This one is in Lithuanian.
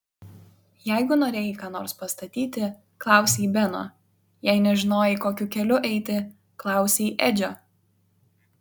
jeigu norėjai ką nors pastatyti klausei beno jei nežinojai kokiu keliu eiti klausei edžio